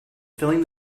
filling